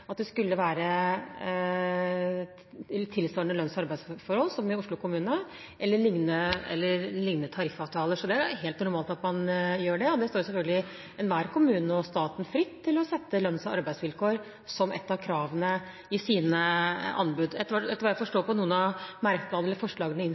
skulle være tilsvarende lønns- og arbeidsforhold som i Oslo kommune eller lignende tariffavtaler. Så det er helt normalt at man gjør det. Det står selvfølgelig enhver kommune og staten fritt å sette lønns- og arbeidsvilkår som et av kravene i sine anbud. Etter